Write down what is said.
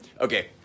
Okay